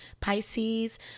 pisces